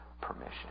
permission